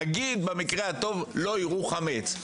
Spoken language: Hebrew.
נגיד במקרה הטוב לא יראו חמץ,